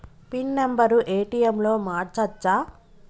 Pin number ATM లో మార్చచ్చా?